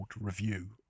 review